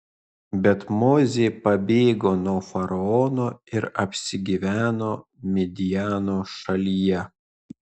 bet mozė pabėgo nuo faraono ir apsigyveno midjano šalyje